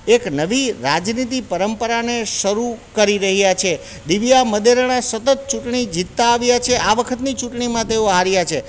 એક નવી રાજનીતિ પરંપરાને શરૂ કરી રહ્યા છે દિવ્યા મદેરણા સતત ચૂંટણી જિતતા આવ્યા છે આ વખતની ચૂંટણીમાં તેઓ હાર્યા છે